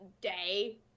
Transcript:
day